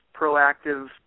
proactive